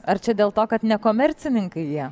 ar čia dėl to kad ne komercininkai jie